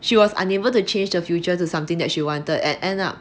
she was unable to change the future to something that she wanted at end lah